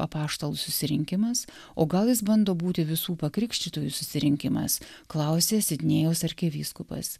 apaštalų susirinkimas o gal jis bando būti visų pakrikštytųjų susirinkimas klausė sidnėjaus arkivyskupas